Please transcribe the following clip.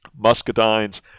Muscadines